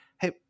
hey